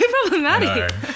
problematic